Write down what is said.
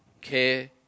care